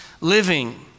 living